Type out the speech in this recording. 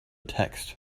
text